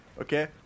okay